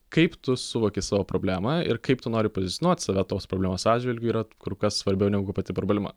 kaip tu suvoki savo problemą ir kaip tu nori pozicionuot save tos problemos atžvilgiu yra kur kas svarbiau negu pati problema